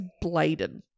Bladen